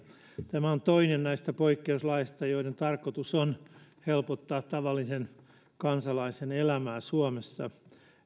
tämä on toinen näistä poikkeuslaeista joiden tarkoitus on helpottaa tavallisen kansalaisen elämää suomessa